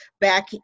back